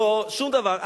שום דבר,